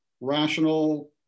rational